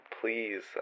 please